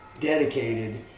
dedicated